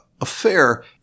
affair